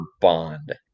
Bond